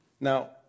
Now